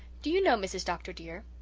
do you know, mrs. dr. dear,